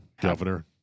Governor